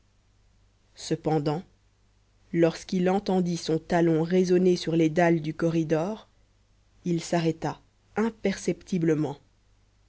cependant lorsqu'il entendit son talon résonner sur les dalles du corridor il s'arrêta imperceptiblement